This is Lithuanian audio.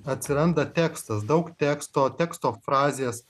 atsiranda tekstas daug teksto teksto frazės